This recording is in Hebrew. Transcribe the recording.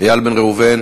איל בן ראובן,